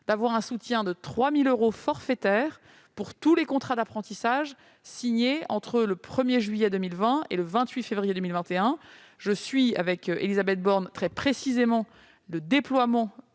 d'un soutien de 3 000 euros forfaitaires pour tous les contrats d'apprentissage signés entre le 1 juillet 2020 et le 28 février 2021. Avec Élisabeth Borne, je suis très précisément le déploiement